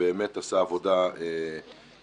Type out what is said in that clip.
שבאמת עשה עבודה מדהימה,